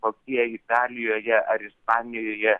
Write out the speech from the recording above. kokie italijoje ar ispanijoje